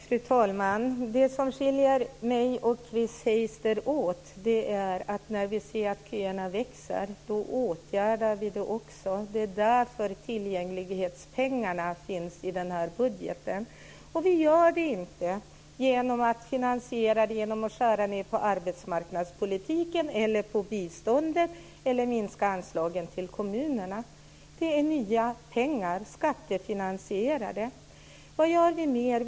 Fru talman! Det som skiljer mig och Chris Heister åt är att när vi ser att köerna växer då åtgärdar vi det. Det är därför som tillgänglighetspengarna finns i den här budgeten. Vi finansierar dem inte genom att skära ned på arbetsmarknadspolitiken eller på biståndet eller genom att minska anslagen till kommunerna. Det är nya pengar, skattefinansierade. Vad gör vi mer?